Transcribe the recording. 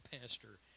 Pastor